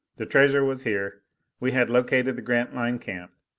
the treasure was here we had located the grantline camp,